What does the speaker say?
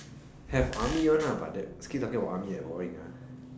have army [one] ah but that keep talking about army like boring ah